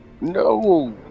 No